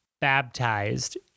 baptized